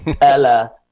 Ella